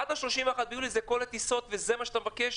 עד ה-31 ביולי זה כל הטיסות, וזה מה שאתה מבקש?